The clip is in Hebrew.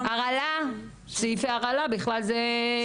הרעלה, סעיפי הרעלה, בכלל זה.